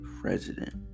President